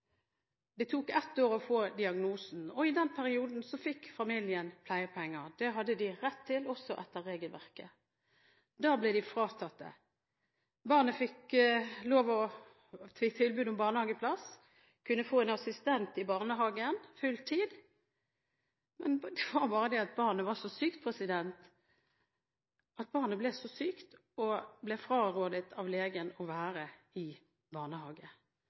Det tok ett år å få diagnosen, og i den perioden fikk familien pleiepenger. Det hadde de rett til – også etter regelverket – men så ble de fratatt det. Barnet fikk tilbud om barnehageplass og kunne få en assistent i barnehagen på full tid. Det var bare det at barnet var så sykt at det ble frarådet av legen å være i barnehage.